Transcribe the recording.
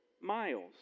miles